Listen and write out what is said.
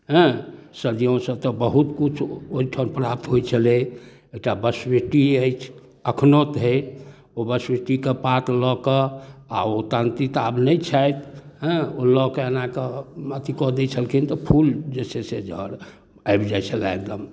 हँ सदिऔँसँ तऽ बहुत किछु ओहिठाम प्राप्त होइ छलै एकटा बसबिट्टी अछि एखनहुधरि ओ बसबिट्टीके पात लऽ कऽ आओर ओ तान्त्रिक तऽ आब नहि छथि हँ ओ लऽ कऽ एनाकऽ अथी कऽ दै छलखिन तऽ फूल जे छै से झड़ि आबि जाए छलै एगदम